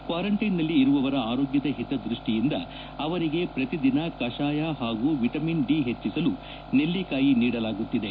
ಕ್ವಾರಂಟ್ಟಿನ್ನಲ್ಲಿ ಇರುವವರ ಆರೋಗ್ಲದ ಹಿತದೃಷ್ಟಿಯಿಂದ ಅವರಿಗೆ ಪ್ರತಿ ದಿನ ಕಷಾಯ ಹಾಗೂ ವಿಟಮಿನ್ ಡಿ ಹೆಚ್ಚಿಸಲು ನೆಲ್ಲಿಕಾಯಿ ನೀಡಲಾಗುತ್ತಿದೆ